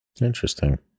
interesting